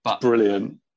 Brilliant